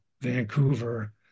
Vancouver